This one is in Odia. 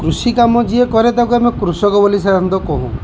କୃଷି କାମ ଯିଏ କରେ ତାକୁ ଆମେ କୃଷକ ବୋଲି ସାଧାରଣତଃ କହୁ